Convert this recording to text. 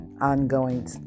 ongoing